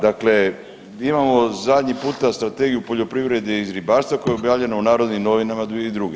Dakle, imamo zadnji puta Strategiju poljoprivrede i ribarstva koja je objavljenja u Narodnim novinama 2002.